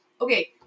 Okay